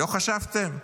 לא חשבתם?